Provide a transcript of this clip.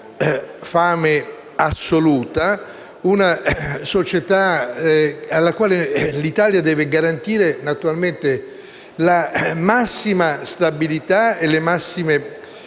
Si tratta di una società alla quale l'Italia deve garantire naturalmente la massima stabilità e le massime